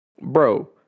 bro